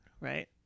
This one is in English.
right